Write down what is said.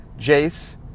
Jace